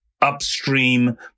upstream